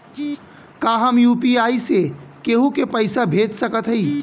का हम यू.पी.आई से केहू के पैसा भेज सकत हई?